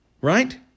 Right